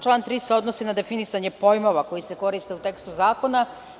Član 3. se odnosi na definisanje pojmova koji se koriste u tekstu zakona.